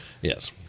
Yes